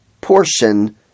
portion